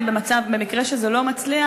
במקרה שזה לא מצליח,